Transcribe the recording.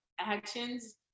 actions